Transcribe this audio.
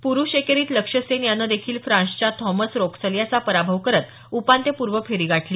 पुरुष एकेरीत लक्ष्य सेन यानं देखील फ्रान्सच्या थॉमस रोक्सल याचा पराभव करत उपांत्यपूर्व फेरी गाठली